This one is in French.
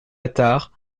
attard